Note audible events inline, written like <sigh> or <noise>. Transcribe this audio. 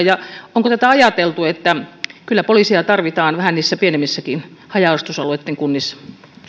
<unintelligible> ja onko tätä ajateltu että kyllä poliiseja tarvitaan vähän niissä pienemmissäkin haja asutusalueitten kunnissa